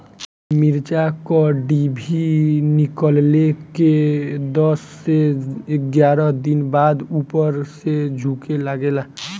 मिरचा क डिभी निकलले के दस से एग्यारह दिन बाद उपर से झुके लागेला?